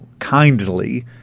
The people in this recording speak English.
kindly